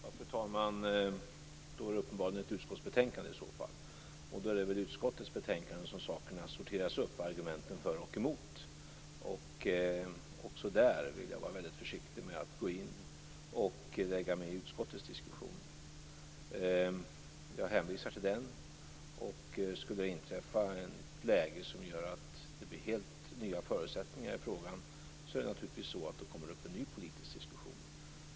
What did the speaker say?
Fru talman! Då är det uppenbarligen fråga om ett utskottsbetänkande. Då är det väl i utskottets betänkande som sakerna sorteras upp och argumenten vägs för och emot. Också där vill jag vara väldigt försiktig med att gå in och lägga mig i utskottets diskussion. Jag hänvisar till den. Skulle det inträffa ett läge som gör att det blir helt nya förutsättningar i frågan kommer det naturligtvis upp en ny politisk diskussion.